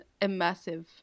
immersive